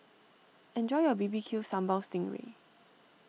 enjoy your B B Q Sambal Sting Ray